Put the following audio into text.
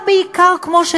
לגירעונות של קופות-החולים,